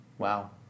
Wow